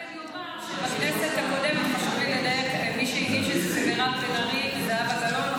אני אומר רק שבכנסת הקודמת מי שהגיש את זה היו מירב בן ארי וזהבה גלאון.